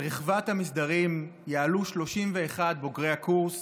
על רחבת המסדרים יעלו 31 בוגרי הקורס,